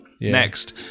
Next